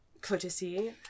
courtesy